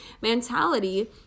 mentality